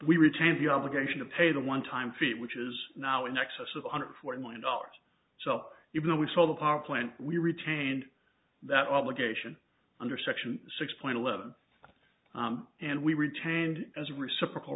we retain the obligation to pay the one time fee which is now in excess of one hundred forty million dollars so even though we saw the power plant we retained that obligation under section six point eleven and we retained as a reciprocal